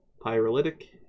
Pyrolytic